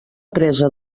presa